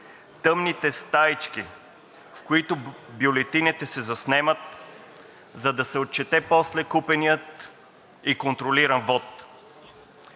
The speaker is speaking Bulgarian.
тъмните стаички, в които бюлетините се заснемат, за да се отчете после купеният и контролиран вот,